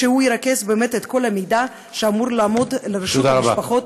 שירכז את כל המידע שאמור לעמוד לרשות המשפחות,